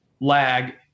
lag